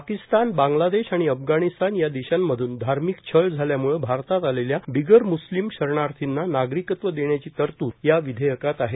पाकिस्तान बांगलादेश आणि अफगाणिस्तान या देशांमधून धार्मिक छळ झाल्यामुळे भारतात आलेल्या बिगर मुस्लीम शरणार्थीना नागरिकत्व देण्याची तरतूद या विधेयकात आहे